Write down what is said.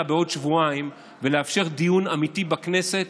בעוד שבועיים ולאפשר דיון אמיתי בכנסת,